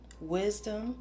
wisdom